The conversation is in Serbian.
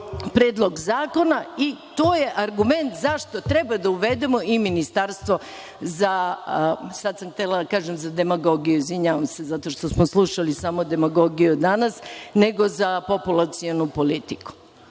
predlog zakona i to je argument zašto treba da uvedemo i ministarstvo za, sad sam htela da kažem za demagogiju, izvinjavam se, zato što smo slušali samo demagogiju danas, nego za populacionu politiku. Stvarno